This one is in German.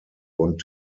und